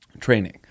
training